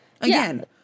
Again